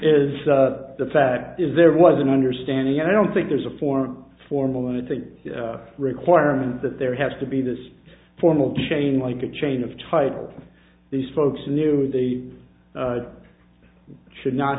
is the fact is there was an understanding and i don't think there's a for formula i think a requirement that there have to be this formal chain like a chain of title these folks knew they should not